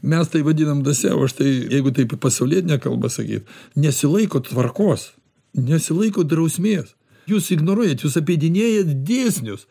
mes tai vadinam dvasia o aš tai jeigu taip pasaulietine kalba sakyt nesilaiko tvarkos nesilaiko drausmės jūs ignoruojat jūs apeidinėjat dėsnius